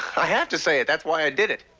i have to say it. that's why i did it.